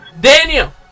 Daniel